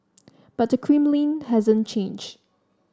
but the Kremlin hasn't changed